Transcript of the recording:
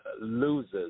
Loses